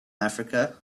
africa